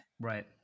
right